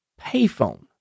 payphone